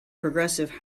progressive